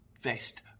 vest